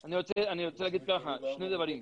אני חושב שזה חובה עלינו,